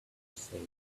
said